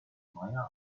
meyer